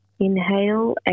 Inhale